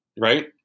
right